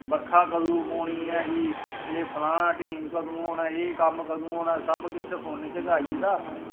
बरखा कदूं होनी ऐ जी एह् फलान टींग कंदू होना एह् कम्म कदूं होना सब किश फोनै च गै आई गेदा